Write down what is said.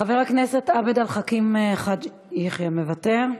חבר הכנסת עבד אל חכים חאג' יחיא, מוותר,